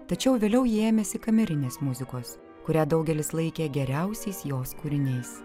tačiau vėliau ji ėmėsi kamerinės muzikos kurią daugelis laikė geriausiais jos kūriniais